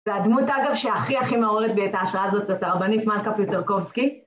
והדמות אגב שהכי הכי מעוררת בי את ההשראה הזאת זאת הרבנית מלכה פיטרקובסקי